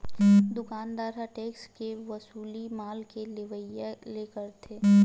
दुकानदार ह टेक्स के वसूली माल के लेवइया ले करथे